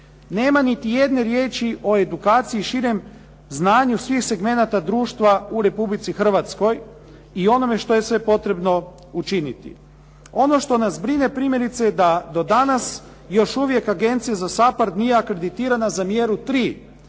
Nema niti jedne riječi o edukaciji širem znanju svih segmenata društva u Republici Hrvatskoj i onome što je sve potrebno učiniti. Ono što nas brine primjerice je da do danas još uvijek agencija za SAPARD nije akreditirana za mjeru